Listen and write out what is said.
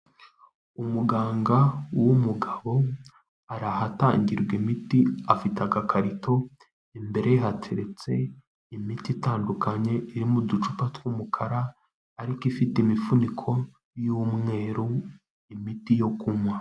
Umuganga w'umugabo arahatangirwa imiti afite akakarito imbere ye hateretse imiti itandukanye irimo uducupa tw'umukara ariko ifite imifuniko y'umweru imiti yo kunywa.